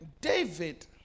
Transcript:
David